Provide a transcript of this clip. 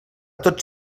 tots